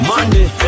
Monday